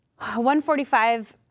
145